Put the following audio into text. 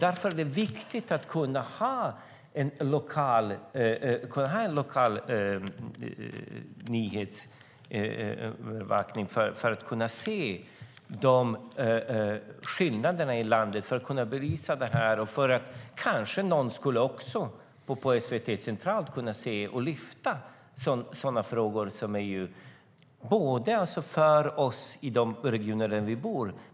Det är viktigt att ha en lokal nyhetsbevakning för att kunna visa skillnaderna i landet. Kanske skulle SVT centralt kunna lyfta sådana frågor som berör oss i de regioner där vi bor.